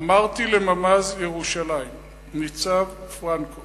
אמרתי לממ"ז ירושלים ניצב פרנקו